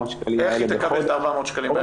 שקלים לחודש --- איך היא תקבל את ה-400 שקלים האלה?